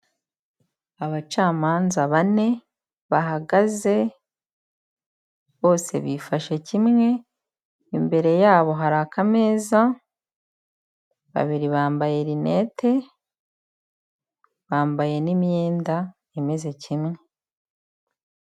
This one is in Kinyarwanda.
Abacamanza bane bahagaze, bose bifashe kimwe; imbere yabo hari akameza, babiri bambaye rinete, bambaye n'imyenda imeze kimwe.